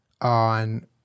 on